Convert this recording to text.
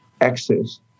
access